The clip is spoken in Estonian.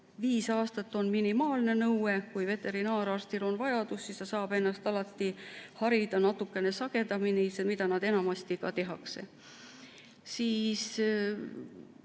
viis aastat on minimaalne nõue. Kui veterinaararstil on vajadus, siis ta saab ennast alati harida natukene sagedamini. Seda enamasti ka tehakse. Oli